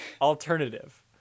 Alternative